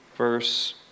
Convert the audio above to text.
Verse